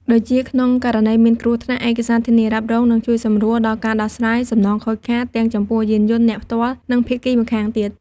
ដូចជា ក្នុងករណីមានគ្រោះថ្នាក់ ឯកសារធានារ៉ាប់រងនឹងជួយសម្រួលដល់ការដោះស្រាយសំណងខូចខាត ទាំងចំពោះយានយន្តអ្នកផ្ទាល់ និងភាគីម្ខាងទៀត។